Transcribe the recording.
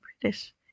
British